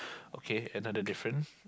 okay another different